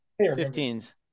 Fifteens